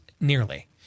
nearly